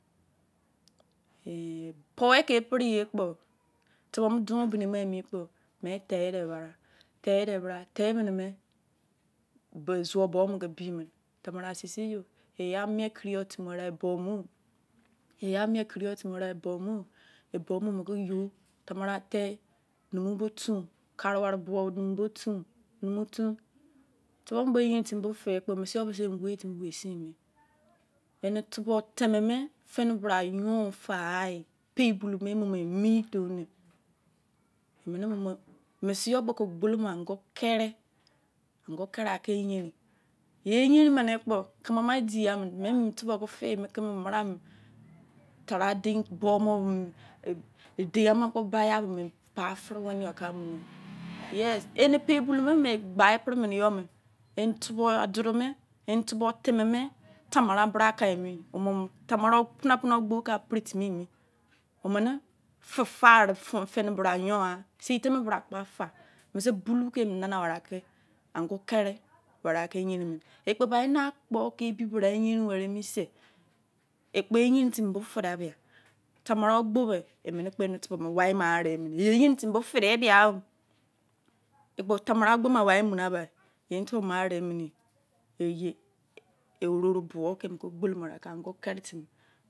eh ponwe ke epore yebkpo, tubor, me chun obine me kpo me tede bra tade bra, teme neme zuwor bomu ke bimene. tomarau sisi yo yel ya mie kori yor timi ya ebomo. Ebomo ke you, tamarau te, numou bo tun kare ware bowou numou botun noumou tun, tubor me be yarin tum i kpo fe kpo, mese yobo se emu we timi we sibe, tubor teme me, tene burugha yon fagha ye pabolon me emume emi done, emene mume mese yor kpo ko gbolomo angor kere. angor kere ake eyerin ye eyeim mene kpo, keme ma ediyd mo me tubor ke fe mi keme nu bra me, tara dein bomor bor mimi deinyan ma kpo bai ya bo mimi pa fore weni yoka mumene yes, ene pei buloume gba eferemone yor me, eni tubor adudu me, eni tubor teme me, tamarau bra kai mi. tamarau pona pona ogbo ka pire timi emi omene fe fa wore fone burugha yon-agha se teme bra kpo afa mese bouwu ke mu nana ware ake angor kere were ake yeirun mane. Ekpo ba ena kpo ke ebibra eyeirin were emi se, ekpo eyeirin were emi se, ekpo eyeirun timi bo fede boyd, tamaran ogbo mẹ emene kpo eni tubor me wai ma aremene. ye eyarim tumi bo fede aba, ekpo tamarou ogbo me wai mune aba, ya eni tubor me aremene ye ororo bawou ke emu ke angor kere tmmi